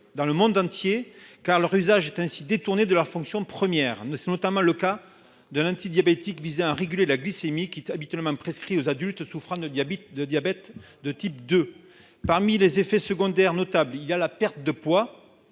dans le monde entier car leur usage est ainsi détournés de leur fonction première ne c'est notamment le cas de l'antidiabétique visait à réguler la glycémie qui est habituellement prescrit aux adultes souffrant de diabète de diabète de type 2. Parmi les effets secondaires notables. Il y a la perte de poids.